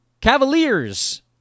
Cavaliers